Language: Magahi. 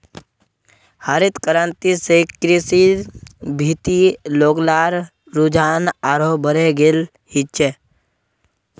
हरित क्रांति स कृषिर भीति लोग्लार रुझान आरोह बढ़े गेल छिले